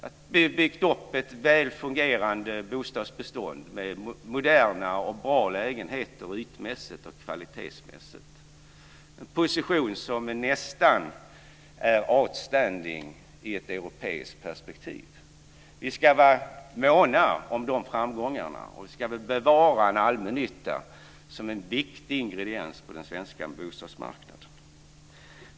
Man har byggt upp ett väl fungerande bostadsbestånd med moderna och bra lägenheter ytmässigt och kvalitetsmässigt. Det är en position som är nästan outstanding i ett europeiskt perspektiv. Vi ska vara måna om de framgångarna, och bevara allmännyttan som en viktig ingrediens på den svenska bostadsmarknaden.